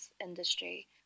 industry